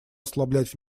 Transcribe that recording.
ослаблять